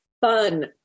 fun